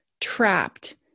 trapped